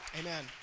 Amen